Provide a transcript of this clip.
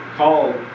called